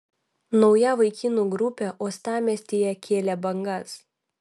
nauja vaikinų grupė uostamiestyje kėlė bangas